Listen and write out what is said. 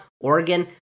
Oregon